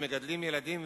ומגדלים ילדים,